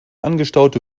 angestaute